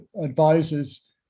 advisors